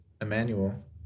Emmanuel